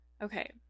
Okay